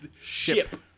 Ship